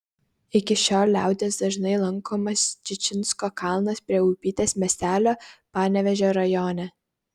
iki šiol liaudies dažnai lankomas čičinsko kalnas prie upytės miestelio panevėžio rajone